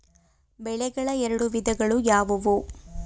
ಬೆಳೆಗಳ ಎರಡು ವಿಧಗಳು ಯಾವುವು?